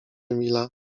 emila